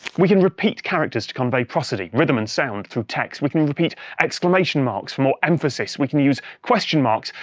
we can repeat characters to convey prosody, rhythm and sound, through text. we can repeat exclamation marks for more emphasis. we can use question marks,